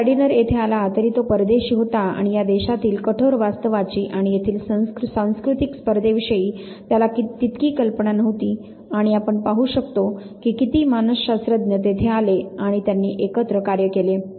जरी गार्डिनर येथे आला तरी तो परदेशी होता आणि या देशातील कठोर वास्तवाची आणि येथील सांस्कृतिक स्पर्धेविषयी त्याला तितकी कल्पना नव्हती आणि आपण पाहू शकतो की किती मानसशास्त्रज्ञ तेथे आले आणि त्यांनी एकत्र कार्य केले